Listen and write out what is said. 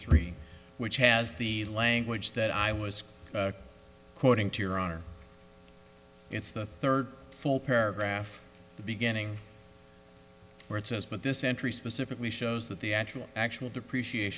three which has the language that i was quoting to your honor it's the third full paragraph beginning where it says but this entry specifically shows that the actual actual depreciat